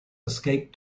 escaped